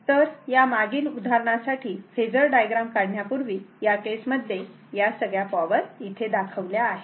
तर या मागील उदाहरणासाठी फेजर डायग्राम काढण्यापूर्वी या केसमध्ये या सगळ्या पॉवर दाखवल्या आहेत